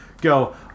go